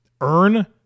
earn